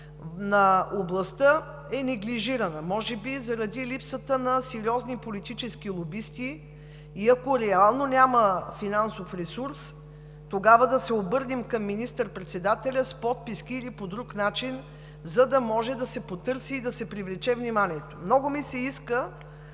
на областта е неглижирана, може би заради липсата на сериозни политически лобисти. Ако реално няма финансов ресурс, тогава да се обърнем към министър-председателя с подписки или по друг начин, за да може да се потърси и да се привлече вниманието. Много ми се иска